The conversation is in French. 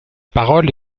parole